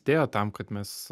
atėjo tam kad mes